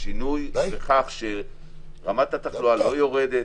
זה נובע מכך שרמת התחלואה לא יורדת,